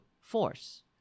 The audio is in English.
force